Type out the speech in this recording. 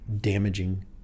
damaging